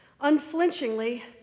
unflinchingly